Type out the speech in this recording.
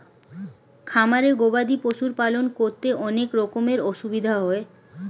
খামারে গবাদি পশুর পালন করতে অনেক রকমের অসুবিধা হয়